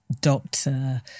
doctor